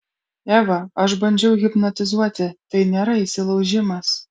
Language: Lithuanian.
eva aš bandžiau hipnotizuoti tai nėra įsilaužimas